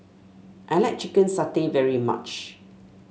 I like Chicken Satay very much